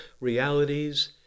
realities